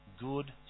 good